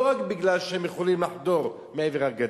לא רק כי הם יכולים לחדור מעבר לגדר.